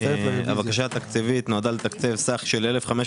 הבקשה התקציבית נועדה לתקצב סך של 1,500